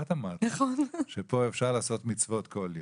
את אמרת שפה אפשר לעשות מצוות כל יום,